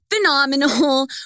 phenomenal